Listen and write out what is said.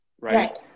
right